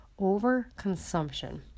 overconsumption